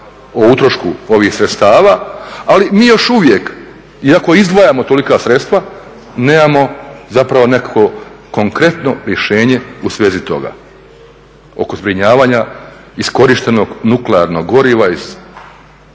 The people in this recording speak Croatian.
o utrošku ovih sredstava, ali mi još uvijek iako izdvajamo tolika sredstva nemamo zapravo nekakvo konkretno rješenje u svezi toga oko zbrinjavanja iskorištenog nuklearnog goriva iz